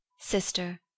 sister